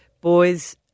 boys